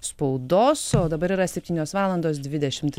spaudos o dabar yra septynios valandos dvidešimt